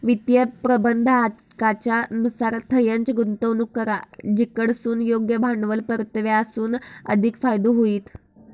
वित्तीय प्रबंधाकाच्या नुसार थंयंच गुंतवणूक करा जिकडसून योग्य भांडवल परताव्यासून अधिक फायदो होईत